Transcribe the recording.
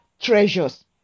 treasures